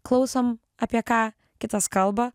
klausom apie ką kitas kalba